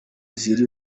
ziri